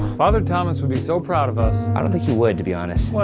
father thomas would be so proud of us. i don't think he would to be honest. why?